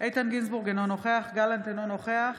איתן גינזבורג, אינו נוכח יואב גלנט, אינו נוכח